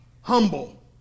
humble